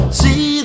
see